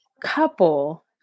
couple